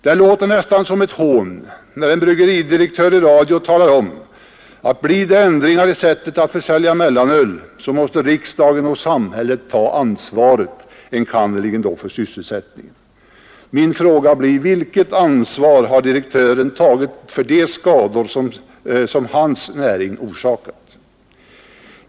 Det låter nästan som ett hån när en bryggeridirektör i radio talar om att om det blir ändringar i sättet att försälja mellanöl, måste riksdagen och samhället ta ansvaret, enkannerligen då för sysselsättningen. Min fråga blir: Vilket ansvar har direktören tagit för de skador som hans näring orsakat?